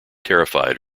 terrified